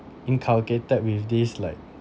inculcated with this like